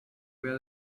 where